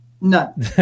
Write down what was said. None